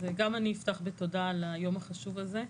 גם אני אפתח בתודה על היום החשוב הזה.